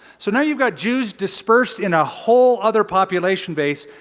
so now you've got jews dispersed in a whole other population base.